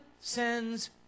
sends